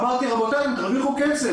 אמרתם: תרוויחו כסף.